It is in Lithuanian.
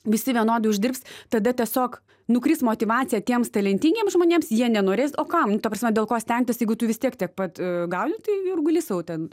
visi vienodai uždirbs tada tiesiog nukris motyvacija tiems talentingiem žmonėms jie nenorės o kam nu ta prasme dėl ko stengtis jeigu tu vis tiek tiek pat gauni nu tai ir guli sau ten